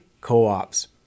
co-ops